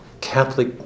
Catholic